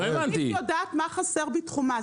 הרשות המקומית יודעת מה חסר בתחומה,